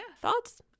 thoughts